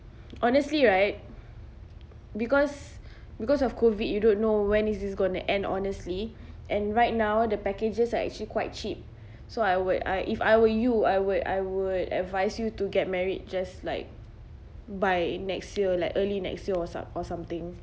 honestly right because because of COVID you don't know when is this gonna end honestly and right now the packages are actually quite cheap so I would I if I were you I would I would advise you to get married just like by next year like early next year or some~ or something